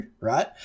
right